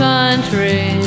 country